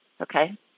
Okay